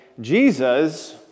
Jesus